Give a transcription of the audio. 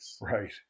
Right